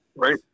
right